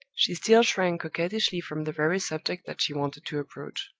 she still shrank coquettishly from the very subject that she wanted to approach.